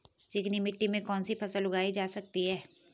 चिकनी मिट्टी में कौन सी फसल उगाई जा सकती है?